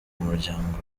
umuryango